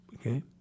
Okay